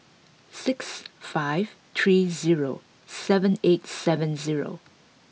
six five three zero seven eight seven zero